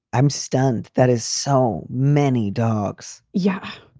i'm stunned. that is so many dogs. yeah.